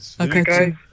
Okay